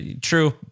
true